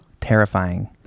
terrifying